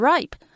Ripe